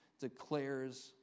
declares